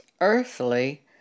earthly